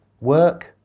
work